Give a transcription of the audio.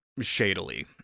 shadily